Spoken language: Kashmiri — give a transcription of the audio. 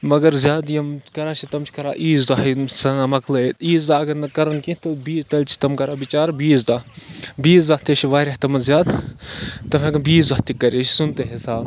مگر زیادٕ یِم کَران چھِ تِم چھِ کَران عیٖذ دۄہ یِم ژھٕنان مَکلٲوِتھ عیٖذ دۄہ اَگر نہٕ کَرَن کیٚنٛہہ تہٕ بیٚیہِ تیٚلہِ چھِ تِم کَران بِچار بیٚیِس دۄہ بیٚیِس دۄہ تہِ چھِ واریاہ تِمہٕ زیادٕ تِم ہٮ۪کَن بیٚیِس دۄہ تہِ کٔرِتھ یہِ چھِ سُنتہٕ حساب